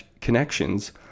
connections